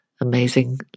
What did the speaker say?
amazing